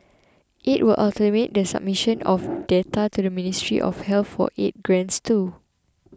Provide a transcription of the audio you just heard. it will automate the submission of data to the Ministry of Health for aid grants too